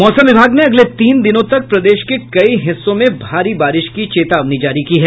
मौसम विभाग ने अगले तीन दिनों तक प्रदेश के कई हिस्सों में भारी बारिश की चेतावनी जारी की है